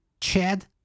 Chad